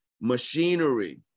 machinery